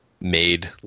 made